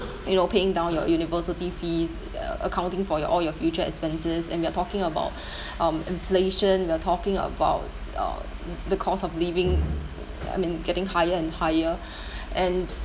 you know paying down your university fees uh accounting for your all your future expenses and we're talking about um inflation we're talking about uh the cost of living I mean getting higher and higher and